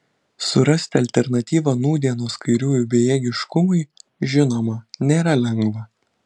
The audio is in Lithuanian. surasti alternatyvą nūdienos kairiųjų bejėgiškumui žinoma nėra lengva